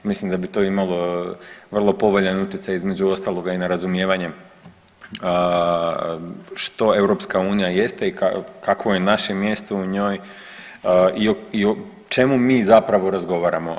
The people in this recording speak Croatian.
Mislim da bi to imalo vrlo povoljan utjecaj između ostaloga i na razumijevanje što EU jeste i kakvo je naše mjesto u njoj i o čemu mi zapravo razgovaramo.